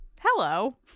hello